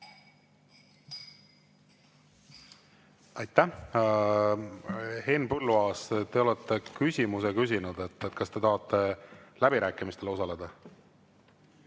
Aitäh! Henn Põlluaas, te olete küsimuse küsinud. Kas te tahate läbirääkimistel osaleda?